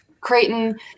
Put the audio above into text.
Creighton